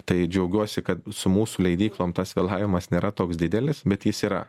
tai džiaugiuosi kad su mūsų leidyklom tas vėlavimas nėra toks didelis bet jis yra